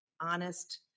honest